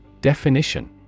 Definition